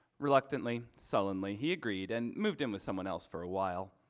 reluctantly, suddenly he agreed and moved in with someone else for a while.